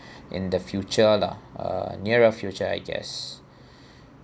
in the future lah uh nearer future I guess